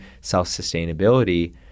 self-sustainability